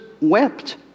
wept